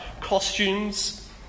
costumes